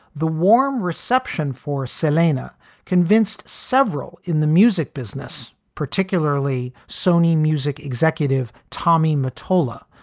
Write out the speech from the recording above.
the warm reception for selena convinced several in the music business, particularly sony music executive tommy mottola,